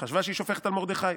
חשבה שהיא שופכת על מרדכי.